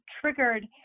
triggered